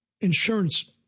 insurance